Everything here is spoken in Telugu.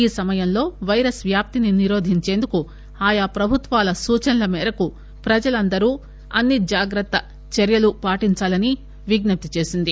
ఈ సమయంలో పైరస్ వ్యాప్తిని నిరోధించేందుకు ఆయా ప్రభుత్వాల సూచనల మేరకు ప్రజలందరూ అన్ని రకాల జాగ్రత్తలు పాటించాలని విజ్ఞప్తిచేసింది